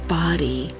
body